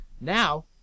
Now